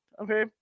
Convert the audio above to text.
Okay